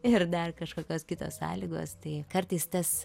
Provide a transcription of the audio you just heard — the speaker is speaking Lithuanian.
ir dar kažkokios kitos sąlygos tai kartais tas